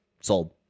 Sold